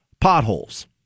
Potholes